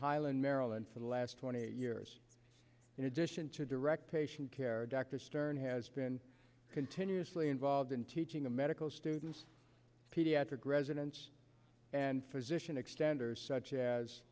highland maryland for the last twenty years in addition to direct patient care dr stern has been continuously involved in teaching the medical students pediatric residents and physician extenders such as